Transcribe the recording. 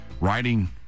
writing